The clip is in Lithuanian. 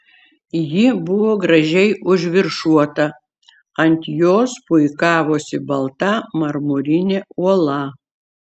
ji buvo gražiai užviršuota ant jos puikavosi balta marmurinė uola